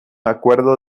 acuerdo